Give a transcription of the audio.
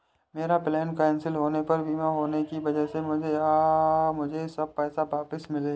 मेरा plane cancel होने पर बीमा होने की वजह से मुझे सब पैसे वापस मिले